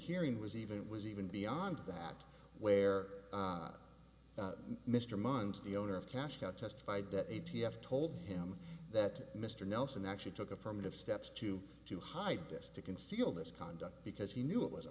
hearing was even it was even beyond that where mr munson the owner of cash cow testified that a t f told him that mr nelson actually took affirmative steps to to hide this to conceal this conduct because he knew it was a